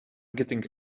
getting